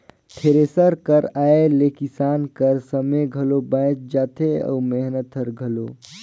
thresher कर आए ले किसान कर समे घलो बाएच जाथे अउ मेहनत हर घलो